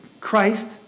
Christ